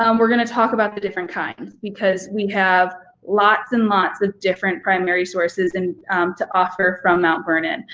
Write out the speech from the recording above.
um we're gonna talk about the different kinds, because we have lots and lots of different primary sources and to offer from mount vernon.